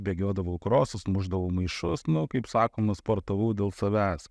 bėgiodavau krosus mušdavau maišus nu kaip sakoma sportavau dėl savęs